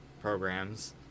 programs